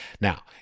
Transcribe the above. Now